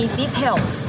details